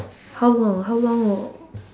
how long how long ago